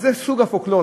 אז זה סוג הפולקלור.